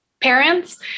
parents